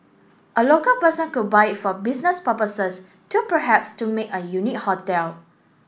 a local person could buy it for business purposes to perhaps to make a unique hotel